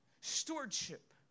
stewardship